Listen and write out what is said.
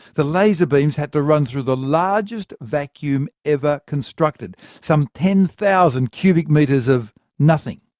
the laser beams had to run through the largest vacuum ever constructed some ten thousand cubic metres of nothing.